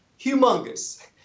humongous